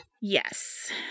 Yes